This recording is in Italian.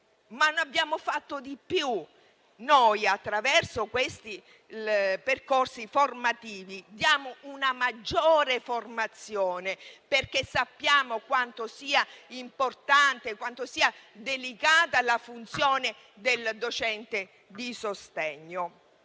Abbiamo fatto di più, però: attraverso questi percorsi formativi, diamo una maggiore formazione, perché sappiamo quanto sia importante e delicata la funzione del docente di sostegno.